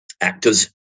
actors